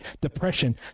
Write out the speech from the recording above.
depression